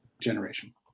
generation